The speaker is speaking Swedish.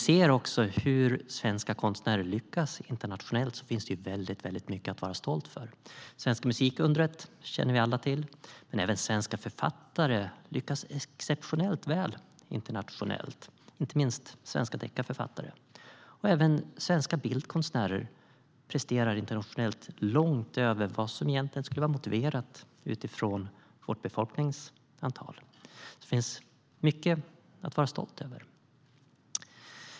Sett också till hur svenska konstnärer lyckas internationellt finns det väldigt mycket att vara stolt över. Det svenska musikundret känner vi alla till. Men även svenska författare lyckas exceptionellt väl internationellt, inte minst svenska deckarförfattare. Även svenska bildkonstnärer presterar internationellt långt över vad som egentligen skulle vara motiverat utifrån vårt befolkningstal. Det finns mycket att vara stolt över.